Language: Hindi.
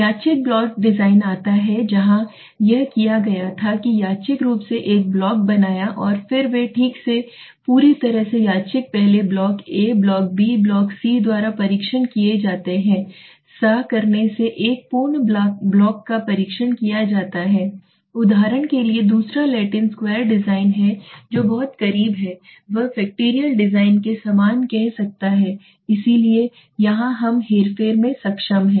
यादृच्छिक ब्लॉक डिज़ाइन आता है जहां यह किया गया था कि यादृच्छिक रूप से एक ब्लॉक बनाया और फिर वे ठीक से पूरी तरह से यादृच्छिक पहले block A block B block C द्वारा परीक्षण किए जाते हैं सा करने से एक पूर्ण ब्लॉक का परीक्षण किया जाता है उदाहरण के लिए दूसरा लैटिन स्क्वायर डिजाइन है जो बहुत करीब है वह फैक्टरियल डिज़ाइन के समान कह सकता है इसलिए यहाँ हम हेरफेर में सक्षम हैं